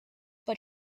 but